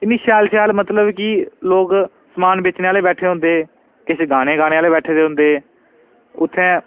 इन्नी इन्नी शैल शैल मतलब कि लोक समान भेचने आह्ले लोक बैठे दे होंदे किश गाना गाने आह्ले बैठे दे होंदे उत्थै